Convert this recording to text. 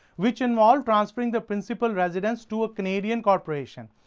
which involves transferring the principal residence to a canadian corporation.